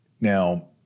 Now